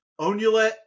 Onulet